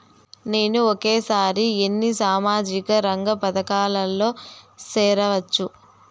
నేను ఒకేసారి ఎన్ని సామాజిక రంగ పథకాలలో సేరవచ్చు?